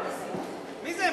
מי זה?